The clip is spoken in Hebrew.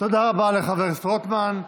תודה רבה לחבר הכנסת רוטמן.